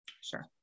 Sure